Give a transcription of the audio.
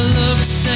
looks